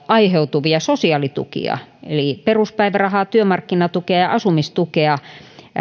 aiheutuvia sosiaalitukia eli peruspäivärahaa työmarkkinatukea ja asumistukea